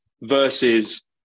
Versus